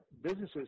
businesses